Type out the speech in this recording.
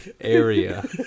area